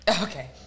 Okay